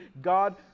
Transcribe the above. God